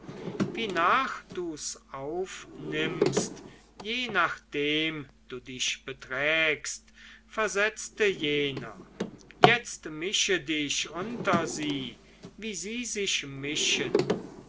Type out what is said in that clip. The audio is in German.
zeichen wienach du's aufnimmst je nachdem du dich beträgst versetzte jener jetzt mische dich unter sie wie sie sich mischen